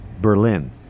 Berlin